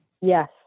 yes